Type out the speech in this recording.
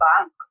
Bank